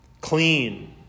clean